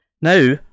Now